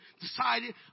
decided